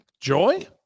Joy